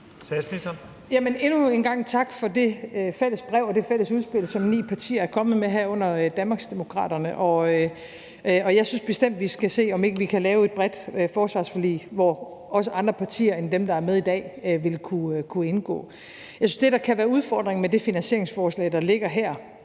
Frederiksen): Endnu en gang tak for det fælles brev og det fælles udspil, som ni partier er kommet med, herunder Danmarksdemokraterne. Jeg synes bestemt, vi skal se, om ikke vi kan lave et bredt forsvarsforlig, hvor også andre partier end dem, der er med i dag, vil kunne indgå. Jeg synes, at det, der kan være udfordringen med det finansieringsforslag, der ligger her